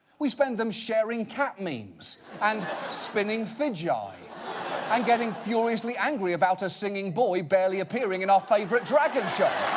we spend them sharing cat memes and spinning fidgii, and um getting furiously angry about a singing boy barely appearing in our favorite dragon show.